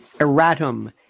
erratum